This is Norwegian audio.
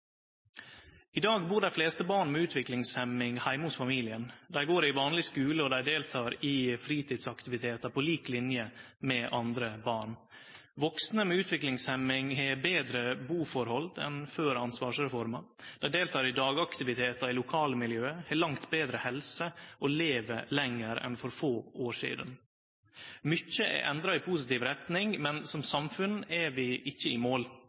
I dag bur dei fleste barn med utviklingshemming heime hos familien. Dei går i vanleg skule, og dei deltek i fritidsaktivitetar på lik linje med andre barn. Vaksne med utviklingshemming har betre buforhold enn før ansvarsreforma. Dei deltek i dagaktivitetar i lokalmiljøet, har langt betre helse og lever lenger enn for få år sidan. Mykje er endra i positiv retning, men som samfunn er vi ikkje i mål.